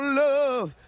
love